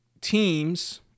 teams